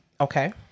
Okay